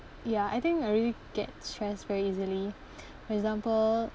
ya I think I really get stress very easily for example